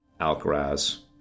Alcaraz